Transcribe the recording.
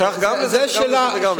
זה שייך גם זה וגם זה וגם זה.